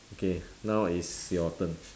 okay now it's your turn